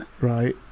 Right